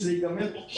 שזה ייגמר תוך שבוע,